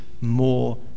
more